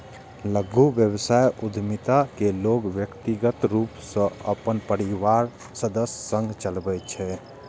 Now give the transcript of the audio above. लघु व्यवसाय उद्यमिता कें लोग व्यक्तिगत रूप सं अपन परिवारक सदस्य संग चलबै छै